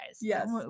Yes